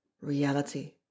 Reality